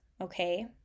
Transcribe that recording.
okay